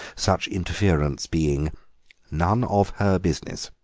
such interference being none of her business.